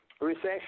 recession